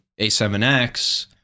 A7X